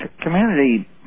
community